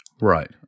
Right